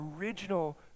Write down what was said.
original